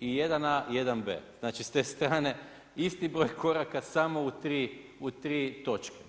i 1A, 1B, znači s te strane isti broj koraka samo u 3 točke.